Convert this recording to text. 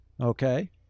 okay